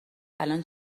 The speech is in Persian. الان